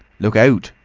look out!